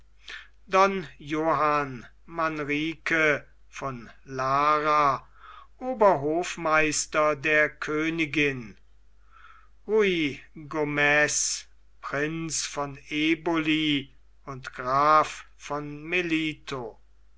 johann manriquez von lara oberhofmeister der königin ruy gomez prinz von eboli und graf von